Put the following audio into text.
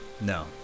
No